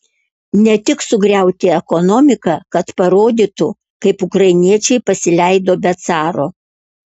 ne tik sugriauti ekonomiką kad parodytų kaip ukrainiečiai pasileido be caro